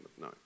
no